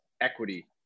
equity